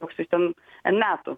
koks jis ten n metų